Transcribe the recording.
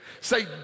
say